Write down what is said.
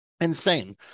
Insane